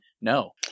No